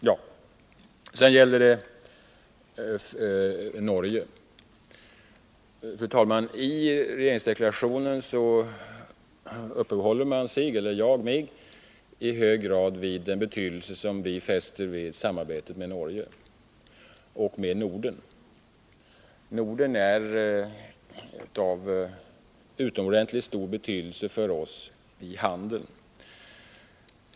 När det gäller Norge vill jag, fru talman, erinra om att jag i regeringsdeklarationen i stor utsträckning uppehåller mig vid den betydelse som vi fäster vid samarbetet med Norge och Norden. Norden är av utomordentligt stor betydelse för oss när det gäller handel.